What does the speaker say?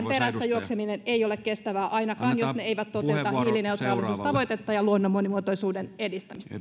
perässä juokseminen ei ole kestävää ainakaan jos ne eivät toteuta hiilineutraalisuustavoitetta ja luonnon monimuotoisuuden edistämistä